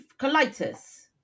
colitis